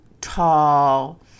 tall